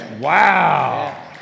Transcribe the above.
Wow